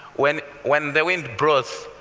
when when the wind blows,